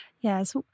Yes